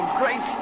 great